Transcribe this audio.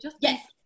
Yes